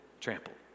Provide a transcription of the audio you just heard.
trampled